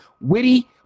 witty